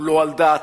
הוא לא על דעתה,